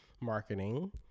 marketing